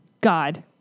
God